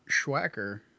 Schwacker